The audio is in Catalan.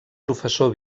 professor